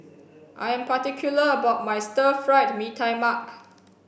I am particular about my stir fried mee tai mak